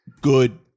good